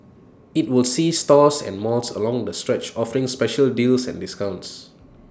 IT will see stores and malls along the stretch offering special deals and discounts